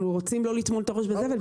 אנחנו לא רוצים לטמון את הראש בזבל,